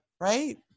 Right